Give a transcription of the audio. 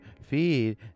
feed